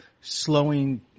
slowing